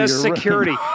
security